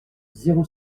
zéro